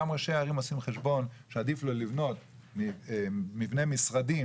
גם ראשי הערים עושים חשבון שעדיף להם לבנות מבנה משרדים,